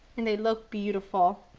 and they look beautiful.